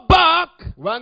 back